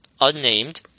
unnamed